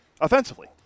offensively